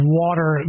water